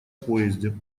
поезде